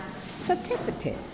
certificate